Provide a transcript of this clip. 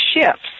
shifts